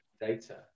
data